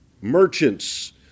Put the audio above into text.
merchants